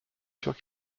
sûr